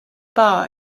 bar